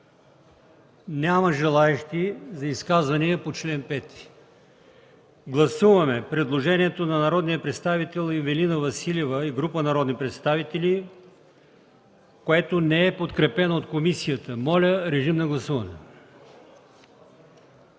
Няма желаещи за изказвания. Гласуваме предложението на народния представител Ивелина Василева и група народни представители, което не е подкрепено от комисията. Гласували